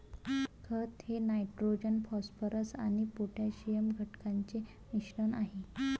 खत हे nitrogen phosphorus आणि पोटॅशियम घटकांचे मिश्रण आहे